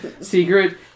Secret